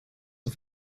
das